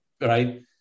right